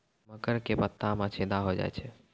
मकर के पत्ता मां छेदा हो जाए छै?